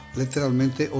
letteralmente